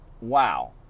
wow